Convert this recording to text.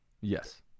Yes